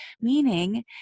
meaning